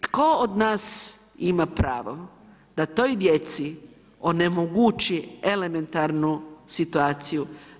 Tko od nas ima pravo da toj djeci onemogući elementarnu situaciju?